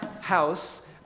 house